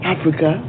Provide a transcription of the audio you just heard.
Africa